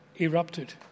erupted